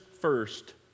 first